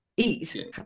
Eat